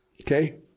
Okay